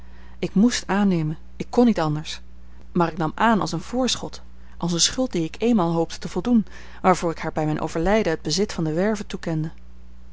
ik moest aannemen ik kon niet anders maar ik nam aan als een voorschot als een schuld die ik eenmaal hoopte te voldoen en waarvoor ik haar bij mijn overlijden het bezit van de werve toekende